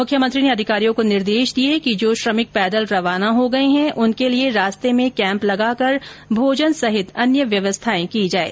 मुख्यमंत्री ने अधिकारियों को निर्देश दिए कि जो श्रमिक पैदल रवाना हो गये है उनके लिए रास्ते में कैम्प लगाकर भोजन सहित अन्य व्यवस्था की जाये